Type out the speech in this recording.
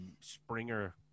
Springer